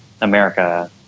America